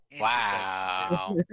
Wow